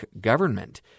government